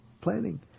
planning